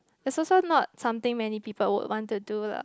is also not something many people would want to do lah